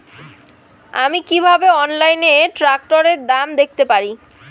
আমি কিভাবে অনলাইনে ট্রাক্টরের দাম দেখতে পারি?